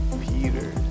Peter